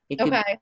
Okay